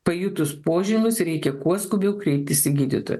pajutus požymius reikia kuo skubiau kreiptis į gydytoją